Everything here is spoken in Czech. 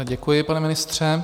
Děkuji, pane ministře.